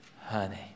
honey